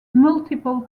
multiple